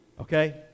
Okay